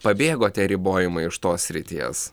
pabėgo tie ribojimai iš tos srities